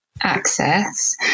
access